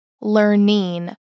learning